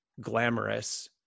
glamorous